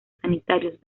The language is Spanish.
sanitarios